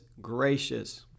gracious